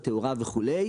התאורה וכולי.